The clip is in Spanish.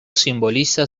simboliza